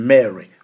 Mary